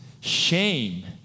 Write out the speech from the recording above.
shame